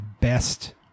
best